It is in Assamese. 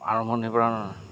আৰম্ভণিৰপৰা